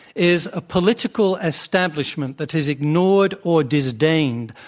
is a political establishment that is ignored or disdained,